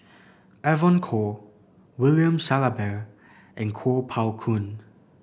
Evon Kow William Shellabear and Kuo Pao Kun